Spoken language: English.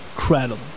Incredible